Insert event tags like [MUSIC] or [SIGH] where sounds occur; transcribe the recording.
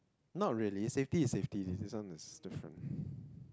not really safety is safety this one is different [BREATH]